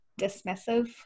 dismissive